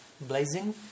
blazing